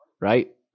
right